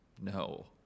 No